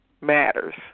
matters